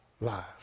lives